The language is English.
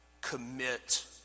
commit